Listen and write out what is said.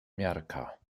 miarka